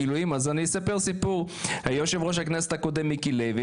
אספר שיושב-ראש הכנסת הקודם מיקי לוי